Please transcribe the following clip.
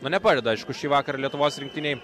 nu ne padeda aišku šį vakarą lietuvos rinktinei